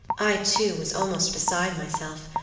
i, too, was almost beside myself,